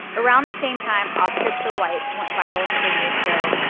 around the same time oscars so white went viral a couple years ago,